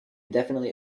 definitely